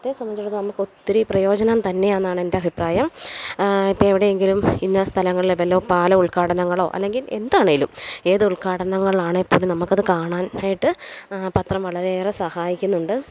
പത്രത്തെ സംബന്ധിച്ചിടത്തോളം നമുക്ക് ഒത്തിരി പ്രയോജനം തന്നെയാണെന്നാണ് എൻ്റെ അഭിപ്രായം ഇപ്പോൾ എവിടെയെങ്കിലും ഇന്ന സ്ഥലങ്ങളിൽ വല്ലതും പാലം ഉൽഘാടനങ്ങളോ അല്ലെങ്കിൽ എന്താണേലും ഏത് ഉൽഘാടനങ്ങളാണെങ്കിൽപ്പോലും നമുക്കത് കാണാൻ ആയിട്ട് പത്രം വളരെയേറെ സഹായിക്കുന്നുണ്ട്